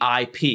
IP